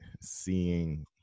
seeing